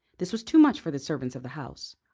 this was too much for the servants of the house.